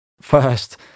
first